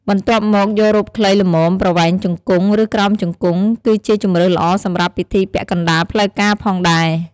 បន្ទាប់មកយករ៉ូបខ្លីល្មមប្រវែងជង្គង់ ឬក្រោមជង្គង់ គឺជាជម្រើសល្អសម្រាប់ពិធីពាក់កណ្តាលផ្លូវការផងដែរ។